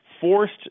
forced